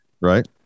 Right